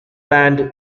plant